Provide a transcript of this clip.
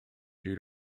due